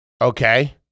Okay